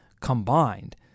combined